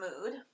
mood